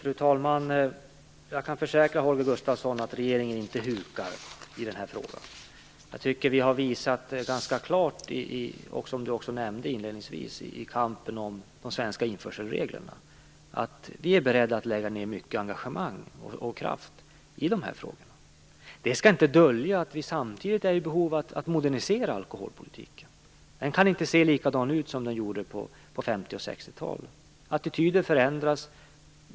Fru talman! Jag kan försäkra Holger Gustafsson att regeringen inte hukar i den här frågan. Jag tycker att vi har visat ganska klart, vilket också nämndes inledningsvis i kampen om de svenska införselreglerna, att vi är beredda att lägga ned mycket engagemang och kraft i de här frågorna. Det skall inte dölja att vi samtidigt är i behov av att modernisera alkoholpolitiken. Den kan inte se likadan ut som den gjorde på 50 och 60-talen. Attityder förändras.